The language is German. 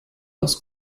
aus